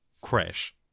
crash